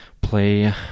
play